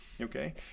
okay